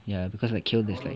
ya because kale has like